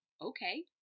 okay